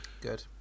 Good